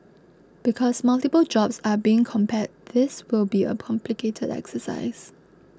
because multiple jobs are being compared this will be a exercise